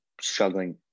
struggling